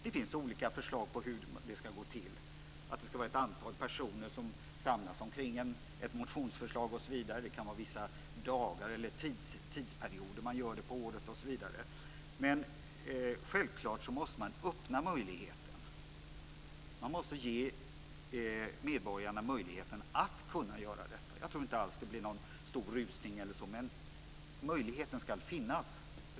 Det finns olika förslag om hur det här ska gå till. Det ska vara ett antal personer som samlas omkring ett motionsförslag osv. Det kan vara vissa dagar eller tidsperioder på året som man gör det osv. Men man måste självklart öppna möjligheten. Man måste ge medborgarna möjligheten att göra detta. Jag tror inte alls att det blir någon rusning, men möjligheten ska finnas.